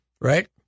right